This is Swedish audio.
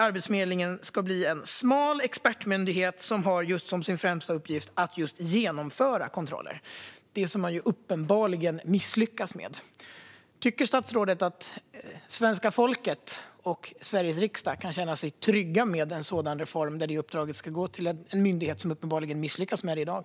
Arbetsförmedlingen ska bli en smal expertmyndighet som har som sin främsta uppgift att just genomföra kontroller, det som man uppenbarligen misslyckas med. Tycker statsrådet att svenska folket och Sveriges riksdag kan känna sig trygga med en reform där detta uppdrag ska gå till en myndighet som uppenbarligen misslyckas med det i dag?